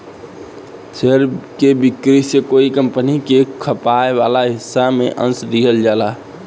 share के बिक्री से कोई कंपनी के खपाए वाला हिस्सा में अंस दिहल जाला